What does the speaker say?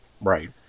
Right